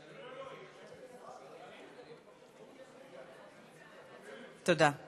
תודה.